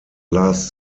last